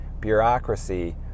bureaucracy